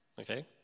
Okay